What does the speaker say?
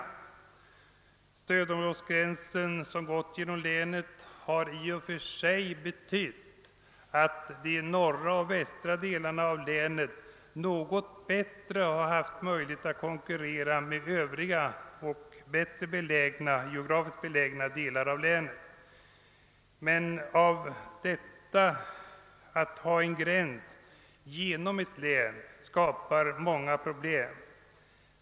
Den stödområdesgräns som gått genom länet har i och för sig betytt att de norra och västra delarna av länet haft något bättre möjlighet att konkurrera med övriga och geografiskt bättre belägna delar av länet. Men det skapar många problem att ha en gräns genom ett län.